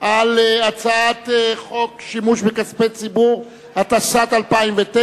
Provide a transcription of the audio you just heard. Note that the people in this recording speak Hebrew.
על הצעת חוק שימוש בכספי ציבור, התשס"ט 2009,